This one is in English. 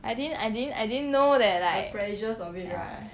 I didn't I didn't I didn't know that like ya